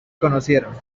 conocieron